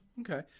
Okay